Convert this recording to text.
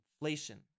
inflation